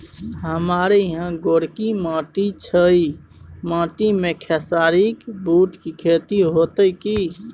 हमारा यहाँ गोरकी माटी छै ई माटी में खेसारी, बूट के खेती हौते की?